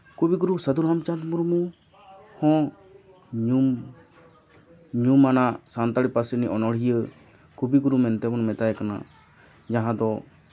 ᱠᱚᱵᱤᱜᱩᱨᱩ ᱥᱟᱹᱫᱷᱩ ᱨᱟᱢᱪᱟᱸᱫᱽ ᱢᱩᱨᱢᱩ ᱦᱚᱸ ᱧᱩᱢ ᱧᱩᱢᱟᱱᱟᱜ ᱥᱟᱱᱛᱟᱲᱤ ᱯᱟᱹᱨᱥᱤ ᱨᱤᱱᱤᱡ ᱚᱱᱚᱲᱦᱤᱭᱟᱹ ᱠᱚᱵᱤᱜᱩᱨᱩ ᱢᱮᱱᱛᱮ ᱵᱚᱱ ᱢᱮᱛᱟᱭ ᱠᱟᱱᱟ ᱡᱟᱦᱟᱸ ᱫᱚ